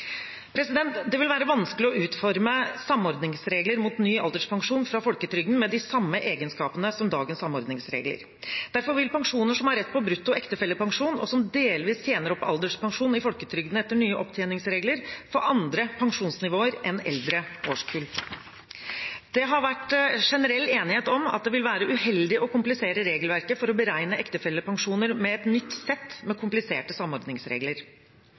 Det vil være vanskelig å utforme samordningsregler mot ny alderspensjon fra folketrygden med de samme egenskapene som dagens samordningsregler. Derfor vil personer som har rett på brutto ektefellepensjon, og som delvis tjener opp alderspensjon i folketrygden etter nye opptjeningsregler, få andre pensjonsnivåer enn eldre årskull. Det har vært generell enighet om at det vil være uheldig å komplisere regelverket for å beregne ektefellepensjoner med et nytt sett av kompliserte samordningsregler.